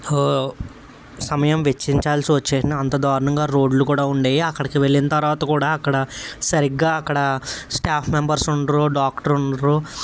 సమయం వెచ్చిచాల్సి వచ్చేను అంత దారుణంగా రోడ్లు కూడా ఉండేవి అక్కడికి వెళ్ళిన తర్వాత కూడా సరిగ్గా అక్కడ స్టాఫ్ మెంబెర్స్ ఉండరు డాక్టర్ ఉండరు